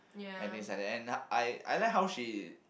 and that is like then I I like how she